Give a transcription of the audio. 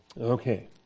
Okay